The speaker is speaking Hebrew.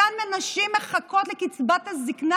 אותן נשים מחכות לקצבת הזקנה,